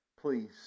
please